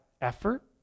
effort